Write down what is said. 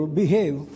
behave